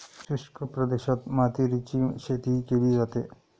शुष्क प्रदेशात मातीरीची शेतीही केली जाते